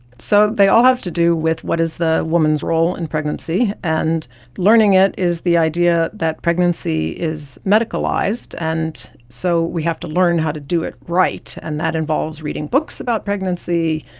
so they all have to do with what is the woman's role in pregnancy. and learning it is the idea that pregnancy is medicalised, and so we have to learn how to do it right, and that involves reading books about pregnancy,